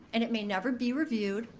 and it may never be reviewed.